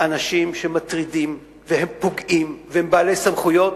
אנשים שמטרידים והם פוגעים והם בעלי סמכויות,